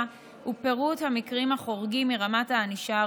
ופירוט מקרים החורגים מרמת הענישה הראויה.